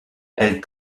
elle